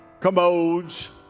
commodes